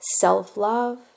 Self-love